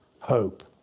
hope